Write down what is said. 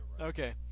Okay